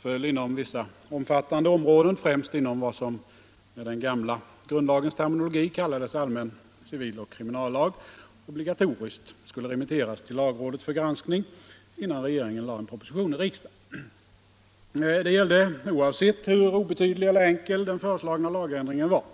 föll inom vissa omfattande områden — främst inom vad som med den gamla grundlagens terminologi kallades allmän civil och kriminallag — obligatoriskt skulle remitteras till lagrådet för granskning innan regeringen lade fram en proposition i riksdagen. Detta gällde oavsett hur obetydlig eller enkel den föreslagna lagändringen var.